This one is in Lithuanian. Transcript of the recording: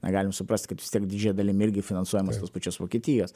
na galim suprast kad didžia dalimi irgi finansuojamos tos pačios vokietijos